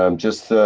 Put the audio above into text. um just.